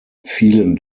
vielen